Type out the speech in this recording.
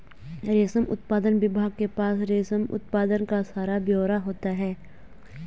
रेशम उत्पादन विभाग के पास रेशम उत्पादन का सारा ब्यौरा होता है